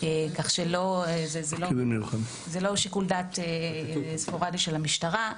כך שזה לא שיקול דעת ספורדי של המשטרה.